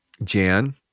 Jan